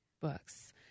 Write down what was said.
Books